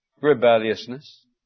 Rebelliousness